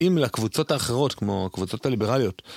אם לקבוצות האחרות, כמו הקבוצות הליברליות.